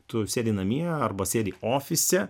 tu sėdi namie arba sėdi ofise